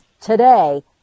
today